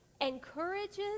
encourages